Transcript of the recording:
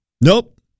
Nope